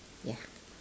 ya